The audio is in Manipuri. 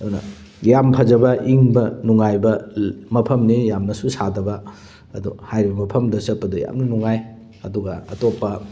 ꯑꯗꯨꯅ ꯌꯥꯝ ꯐꯖꯕ ꯏꯪꯕ ꯅꯨꯡꯉꯥꯏꯕ ꯃꯐꯝꯅꯤ ꯌꯥꯝꯅꯁꯨ ꯁꯥꯗꯕ ꯑꯗꯣ ꯍꯥꯏꯔꯤꯕ ꯃꯐꯝꯗ ꯆꯠꯄꯗ ꯌꯥꯝꯅ ꯅꯨꯡꯉꯥꯏ ꯑꯗꯨꯒ ꯑꯇꯣꯞꯄ